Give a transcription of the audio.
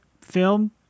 film